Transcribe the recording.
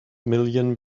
million